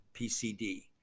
PCD